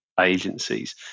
agencies